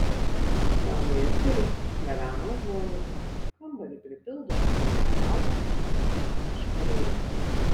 langai atviri plevena užuolaidos kambarį pripildo lauke augančių eukaliptų šnarėjimas